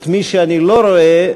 מי שאני לא רואה,